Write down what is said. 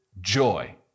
joy